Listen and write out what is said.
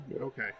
Okay